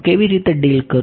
હું કેવી રીતે ડીલ કરું